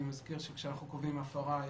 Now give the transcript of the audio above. אני מזכיר שכשאנחנו קובעים הפרה,